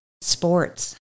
Sports